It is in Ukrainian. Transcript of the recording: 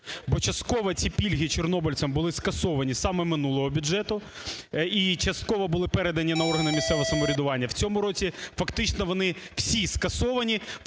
бо частково ці пільги чорнобильцям були скасовані саме минулого бюджету і частково були передані на органи місцевого самоврядування. В цьому році фактично вони всі скасовані,